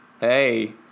hey